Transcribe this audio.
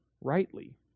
rightly